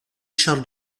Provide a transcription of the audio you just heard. charles